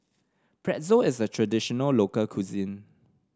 Pretzel is a traditional local cuisine